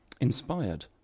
inspired